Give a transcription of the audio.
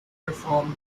reformed